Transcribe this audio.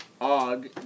Og